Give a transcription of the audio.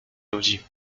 ludzi